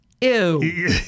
Ew